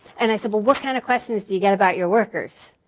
and i said, well what kind of questions do you get about your workers?